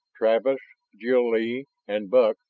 travis, jil-lee, and buck,